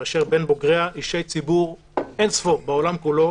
ואשר בין בוגריה אישי ציבור אין-ספור בעולם כולו,